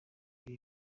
biri